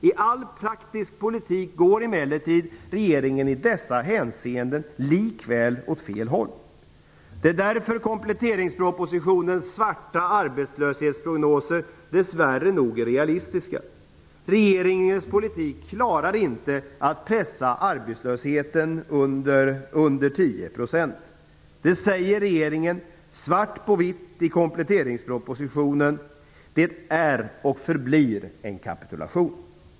I all praktisk politik går emellertid regeringen i dessa hänseenden likväl åt fel håll. Det är därför kompletteringspropositionens svarta arbetslöshetsprognoser dess värre nog är realistiska. Regeringens politik klarar inte att pressa arbetslösheten under 10 %. Det säger regeringen svart på vitt i kompletteringspropositionen. Detta är och förblir en kapitulation.